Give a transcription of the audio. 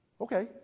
okay